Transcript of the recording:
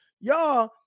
y'all